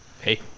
Hey